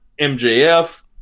MJF